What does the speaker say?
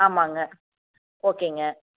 ஆமாங்க ஓகேங்க